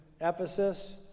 Ephesus